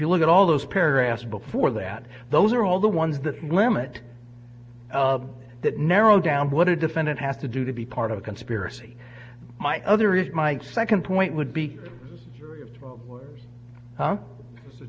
you look at all those paragraphs before that those are all the ones that limit that narrow down what a defendant have to do to be part of a conspiracy my other is my second point would be